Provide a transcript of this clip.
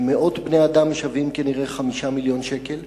מאות בני-אדם שווים כנראה 5 מיליוני שקלים.